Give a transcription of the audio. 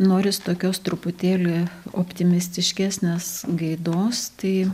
noris tokios truputėlį optimistiškesnės gaidos tai